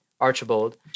Archibald